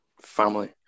family